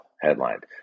headlined